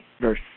verse